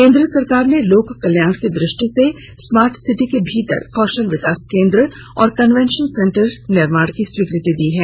केंद्र सरकार ने लोककल्याण की दृष्टि से स्मार्ट सिटी के भीतर कौशल विकास केंद्र और कन्वेंशन सेंटर निर्माण की स्वीकृ ति दी है